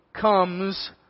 comes